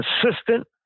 consistent